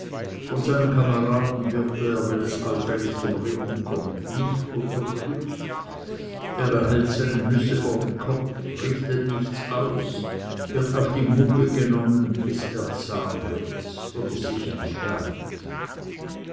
von seinen kameraden wird er wenn es allfällig zum reden kömmt nicht unterstützt er erhält seine nüsse vor den kopf richtet nichts aus wird auf die mugge genommen bis er zahm wird oder sich entfernt